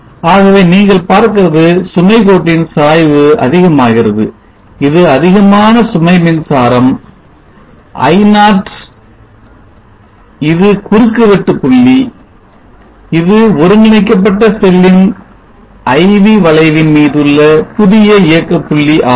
ஆகவே நீங்கள் பார்க்கிறது சுமை கோட்டின் சாய்வு அதிகமாகிறது இது அதிகமான சுமை மின்சாரம் I0 இது குறுக்குவெட்டு புள்ளி இது ஒருங்கிணைக்கப்பட்ட செல்லின் IV வளைவின் மீதுள்ள புதிய இயக்க புள்ளி ஆகும்